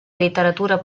literatura